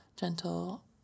gentle